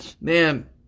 man